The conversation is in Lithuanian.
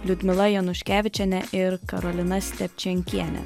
liudmila januškevičienė ir karolina slepčenkienė